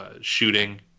shooting